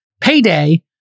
payday